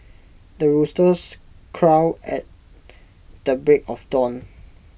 the roosters crows at the break of dawn